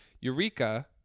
eureka